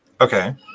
okay